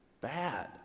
bad